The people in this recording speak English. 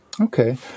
Okay